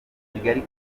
kigali